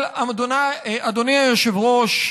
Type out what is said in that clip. אבל, אדוני היושב-ראש,